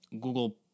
Google